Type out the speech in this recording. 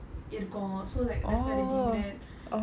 இருக்கும்:irukkum so like that's why they named that